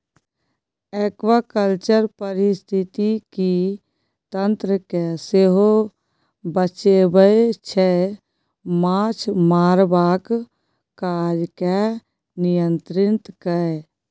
aquaculture पारिस्थितिकी तंत्र केँ सेहो बचाबै छै माछ मारबाक काज केँ नियंत्रित कए